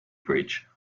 bridge